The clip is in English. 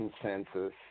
consensus